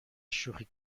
شوخی